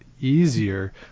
easier